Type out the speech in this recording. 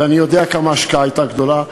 ואני יודע כמה ההשקעה הייתה גדולה,